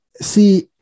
See